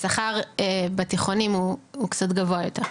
השכר בתיכונים הוא קצת גבוה יותר.